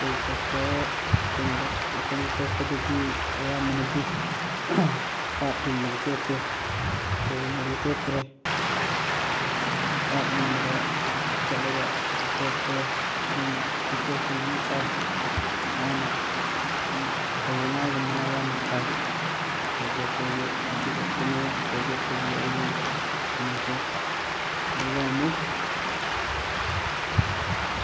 ꯈꯣꯏ ꯆꯣꯞꯄ ꯀꯩꯅꯣꯗ ꯑꯩꯈꯣꯏꯅ ꯆꯣꯞꯄꯗꯨꯗꯤ ꯑꯌꯥꯝꯕꯅꯗꯤ ꯄꯥꯠ ꯀꯨꯝꯕꯗ ꯆꯣꯞꯄꯦ ꯇꯨꯔꯦꯜꯗꯗꯤ ꯆꯣꯞꯇ꯭ꯔꯦ ꯄꯥꯠꯀꯨꯝꯕꯗ ꯆꯠꯂꯒ ꯆꯣꯞꯄꯦ ꯑꯗꯨꯝ ꯇꯤꯟꯊ꯭ꯔꯣꯛꯁꯦ ꯑꯗꯨꯝ ꯆꯥꯏ ꯉꯥꯅ ꯑꯗꯨꯝ ꯐꯕꯧꯉꯥꯒꯨꯝꯕꯅ ꯑꯌꯥꯝꯕ ꯐꯥꯏ ꯈꯣꯏ ꯆꯣꯞꯄꯗꯗꯤ ꯑꯗꯨ ꯈꯛꯇꯅꯤ ꯈꯣꯏ ꯆꯣꯞꯄꯒꯤ ꯑꯩꯒꯤ ꯀꯩꯅꯣꯁꯦ ꯑꯗꯨꯒ ꯑꯃꯨꯛ